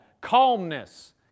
calmness